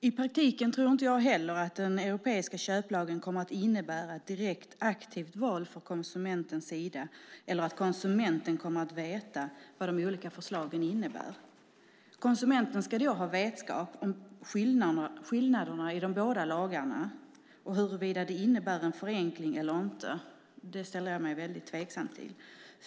I praktiken tror jag inte heller att den europeiska köplagen kommer att innebära ett direkt aktivt val från konsumentens sida eller att konsumenten kommer att veta vad de olika förslagen innebär. Konsumenten ska då ha vetskap om skillnaderna i de båda lagarna och huruvida det innebär en förenkling eller inte. Det ställer jag mig väldigt tveksam till.